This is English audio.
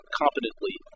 competently